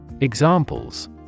Examples